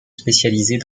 spécialisés